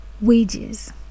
wages